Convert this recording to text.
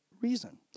reason